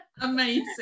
Amazing